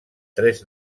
tres